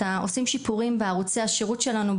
עושים שיפורים בערוצי השירות שלנו,